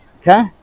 okay